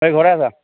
ঘৰতে আছা